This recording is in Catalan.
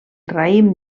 raïm